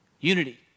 Unity